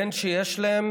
בין שיש להם